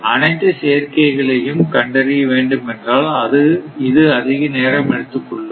அனைத்து சேர்க்கைகளையும் கண்டறிய வேண்டும் என்றால் இது அதிக நேரம் எடுத்துக்கொள்ளும்